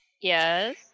Yes